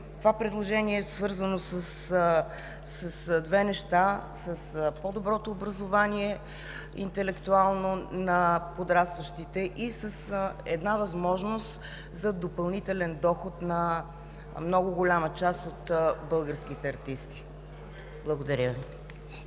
това предложение е свързано с две неща – с по доброто интелектуално образование на подрастващите и с една възможност за допълнителен доход на много голяма част от българските артисти. Благодаря Ви.